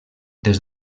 des